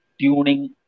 tuning